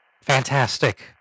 Fantastic